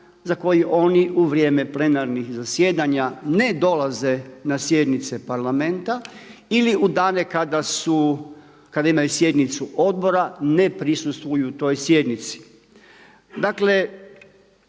za koje oni u vrijeme plenarnih zasjedanja ne dolaze na sjednice Parlamenta ili u dane kada imaju sjednice odbora ne prisustvuju toj sjednici.